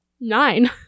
Nine